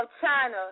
China